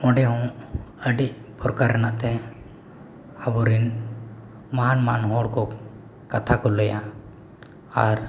ᱚᱸᱰᱮᱦᱚᱸ ᱟᱹᱰᱤ ᱯᱨᱚᱠᱟᱨ ᱨᱮᱱᱟᱜ ᱛᱮ ᱟᱵᱚᱨᱤᱱ ᱢᱚᱦᱟᱱᱼᱢᱚᱦᱟᱱ ᱦᱚᱲᱠᱚ ᱠᱟᱛᱷᱟ ᱠᱚ ᱞᱟᱹᱭᱟ ᱟᱨ